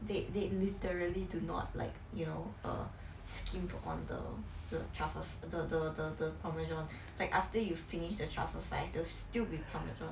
they they literally do not like you know err scheme put on the the truffle fri~ the the the the parmesan like after you finish the truffle fries there will still be parmesan